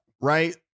Right